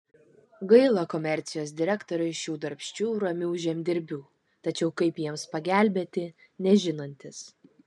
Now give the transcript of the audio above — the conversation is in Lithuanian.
gaila komercijos direktoriui šių darbščių ramių žemdirbių tačiau kaip jiems pagelbėti nežinantis